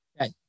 Okay